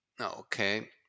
okay